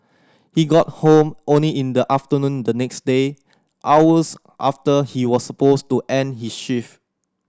he got home only in the afternoon the next day hours after he was supposed to end his shift